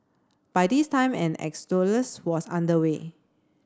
by this time an was under way